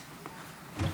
בבקשה.